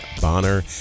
Bonner